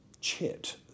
chit